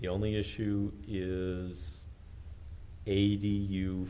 the only issue is eighty you